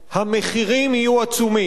המחירים יהיו עצומים.